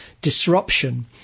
disruption